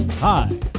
Hi